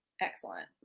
Excellent